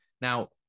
Now